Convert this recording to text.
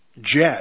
jet